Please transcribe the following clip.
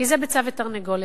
כי זה ביצה ותרנגולת.